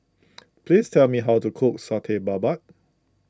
please tell me how to cook Satay Babat